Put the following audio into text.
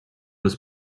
was